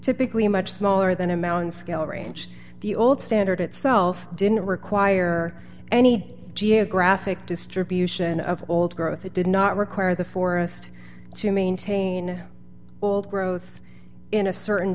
typically much smaller than a mountain scale range the old standard itself didn't require any geographic distribution of old growth it did not require the forest to maintain old growth in a certain